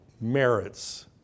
merits